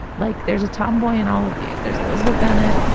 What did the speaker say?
like there's a tomboy in all of these. there's elizabeth bennet.